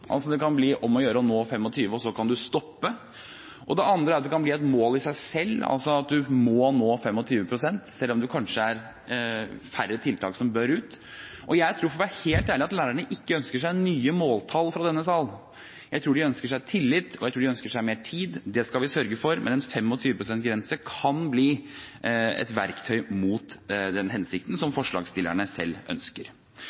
altså det kan bli om å gjøre å nå 25 pst., og så kan man stoppe. Det andre er at det kan bli et mål i seg selv, altså at man må nå 25 pst., selv om det kanskje er færre tiltak som bør ut. Jeg tror for å være helt ærlig at lærerne ikke ønsker seg nye måltall fra denne salen. Jeg tror de ønsker seg tillit, og jeg tror de ønsker seg mer tid. Det skal vi sørge for, men en 25 pst.-grense kan bli et verktøy som har den motsatte hensikt av det som forslagsstillerne selv ønsker.